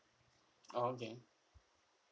oh okay